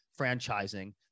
franchising